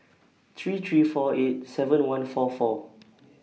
three three four eight seven one four four